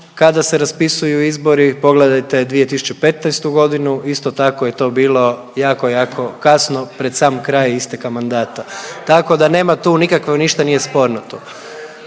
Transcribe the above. kada se raspisuju izbori, pogledajte 2015.g. isto tako to je bilo jako, jako kasno pred sam kraj isteka mandata, tako da nema tu nikakvo ništa nije sporno tu.